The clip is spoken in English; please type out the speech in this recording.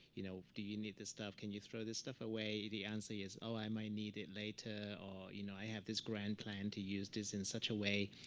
you know do you need this stuff, can you throw this stuff away? the answer is, oh, i might need it later or you know i have this grand plan to use this in such a way.